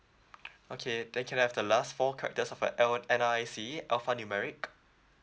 okay then can I have the last four characters of your al~ N_R_I_C alphanumeric